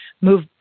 move